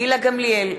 גילה גמליאל,